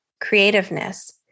creativeness